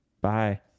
Bye